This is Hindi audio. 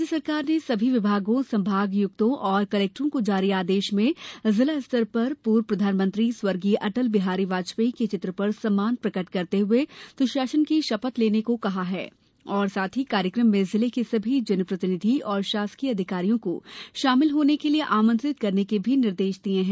राज्य सरकार ने सभी विभागों संभागायुक्तों और कलेक्टरों को जारी आदेश में जिला स्तर पर पूर्व प्रधानमंत्री स्वर्गीय अटल बिहारी वाजपेयी के चित्र पर सम्मान प्रकट करते हुए सुशासन की शपथ लेने को कहा है और साथ ही कार्यक्रम में जिले के सभी जन प्रतिनिधि और शासकीय अधिकारियों को शामिल होने के लिये आमंत्रित करने के भी निर्देश दिये हैं